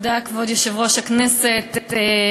כבוד היושב-ראש, תודה,